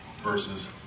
versus